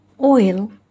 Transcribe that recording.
Oil